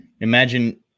Imagine